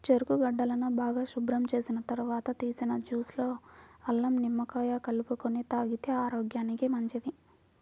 చెరుకు గడలను బాగా శుభ్రం చేసిన తర్వాత తీసిన జ్యూస్ లో అల్లం, నిమ్మకాయ కలుపుకొని తాగితే ఆరోగ్యానికి మంచిది